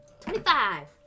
Twenty-five